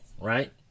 right